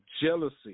jealousy